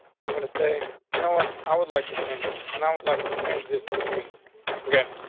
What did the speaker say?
i'm going to say you know what? i would like to change this, and i would like to change this to green again.